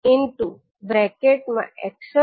હવે ત્રીજી associative property છે 𝑓𝑡 ∗ 𝑥𝑡∗𝑦𝑡 𝑓𝑡∗𝑥𝑡 ∗ 𝑦𝑡